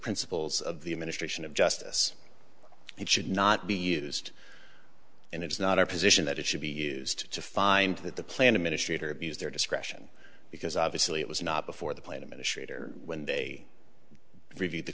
principles of the administration of justice it should not be used and it is not our position that it should be used to find that the plan administrator abused their discretion because obviously it was not before the plane administrator when they reviewed the